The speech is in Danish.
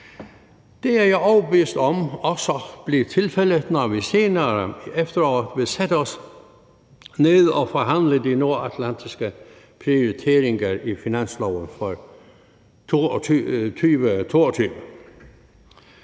Det er jeg overbevist om også bliver tilfældet, når vi senere i efteråret vil sætte os ned og forhandle de nordatlantiske prioriteringer i finansloven for 2022.